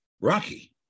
rocky